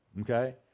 okay